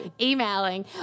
emailing